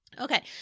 Okay